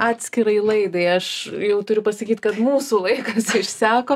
atskirai laidai aš jau turiu pasakyt kad mūsų laikas išseko